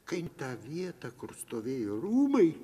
kai tą vietą kur stovėjo rūmai